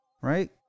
Right